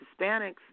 Hispanics